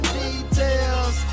details